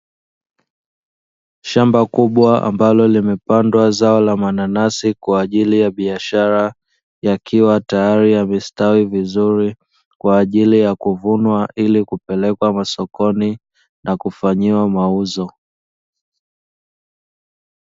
Shamba kubwa ambalo limepandwa zao la mananasi kwaajili ya biashara, yakiwa tayati yamestawi vizuri kwa ajili ya kuvunwa ili kupelekwa sokoni na kufanyiwa mauzo.